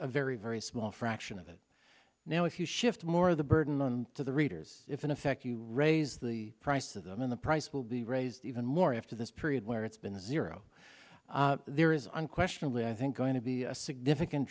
a very very small a fraction of it now if you shift more of the burden to the readers if in effect you raise the price of them in the price will be raised even more after this period where it's been a zero there is unquestionably i think going to be a significant